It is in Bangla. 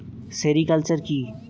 সেরিলচার কি?